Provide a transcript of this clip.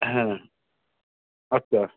হ্যাঁ আচ্ছা